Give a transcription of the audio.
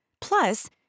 Plus